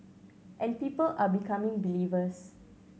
and people are becoming believers